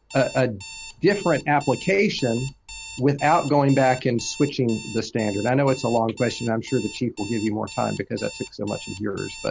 a different application without going back and switching the standard? i know it's a long question, i'm sure the chief will give you more time because i took so much of yours. but